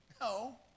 No